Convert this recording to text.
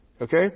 Okay